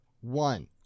one